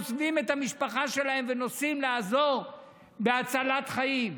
עוזבים את המשפחה שלהם ונוסעים לעזור בהצלת חיים.